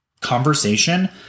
conversation